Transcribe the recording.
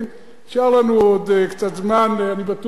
נשאר לנו עוד קצת זמן, אני בטוח,